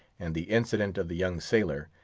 and the incident of the young sailor,